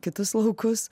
kitus laukus